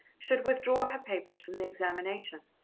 should withdraw her papers from the examination.